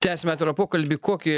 tęsim atvirą pokalbį kokį